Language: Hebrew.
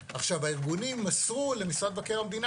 הארגונים מסרו למשרד מבקר המדינה,